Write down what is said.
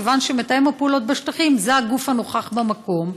כיוון שמתאם הפעולות בשטחים הוא הגוף הנוכח במקום,